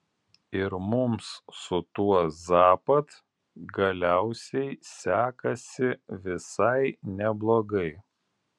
ir mums su tuo zapad galiausiai sekasi visai neblogai